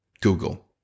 Google